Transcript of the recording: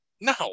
No